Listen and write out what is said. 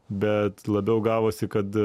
bet labiau gavosi kad